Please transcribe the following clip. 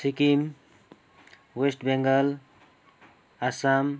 Sikkim West Bengal Assam